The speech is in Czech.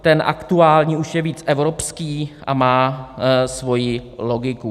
Ten aktuální je už víc evropský a má svoji logiku.